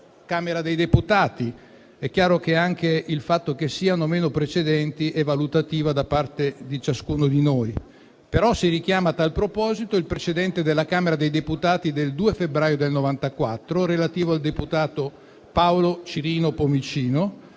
Camera dei deputati. È chiaro che anche il fatto che vi siano precedenti o meno è questione valutativa da parte di ciascuno di noi, ma si richiama a tal proposito il precedente della Camera dei deputati del 2 febbraio del 1994, relativo al deputato Paolo Cirino Pomicino,